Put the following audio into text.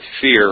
fear